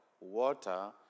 water